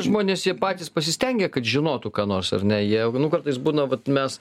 žmonės jie patys pasistengė kad žinotų ką nors ar ne jie nu kartais būna vat mes